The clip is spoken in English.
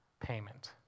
payment